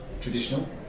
traditional